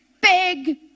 Big